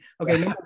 Okay